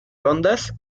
rondas